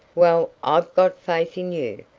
well, i've got faith in you,